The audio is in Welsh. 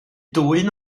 dwyn